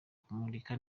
kumurika